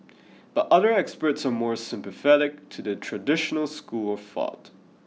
but other experts are more sympathetic to the traditional school of thought